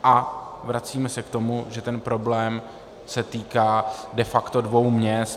A vracíme se k tomu, že ten problém se týká de facto dvou měst.